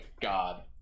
God